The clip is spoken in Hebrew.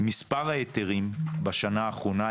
מספר ההיתרים בשנה האחרונה,